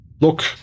Look